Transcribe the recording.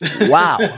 wow